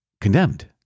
condemned